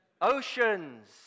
Oceans